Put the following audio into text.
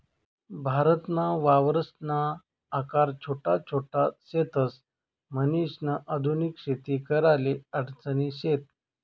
भारतमा वावरसना आकार छोटा छोट शेतस, म्हणीसन आधुनिक शेती कराले अडचणी शेत